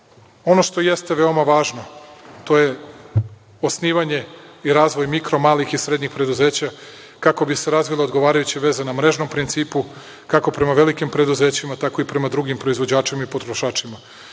što jeste veoma važno, to je osnivanje i razvoj mikro malih i srednjih preduzeća kako bi se razvile odgovarajuće veze na mrežnom principu kako prema velikim preduzećima, tako i prema drugim proizvođačima i potrošačima,